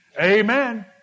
Amen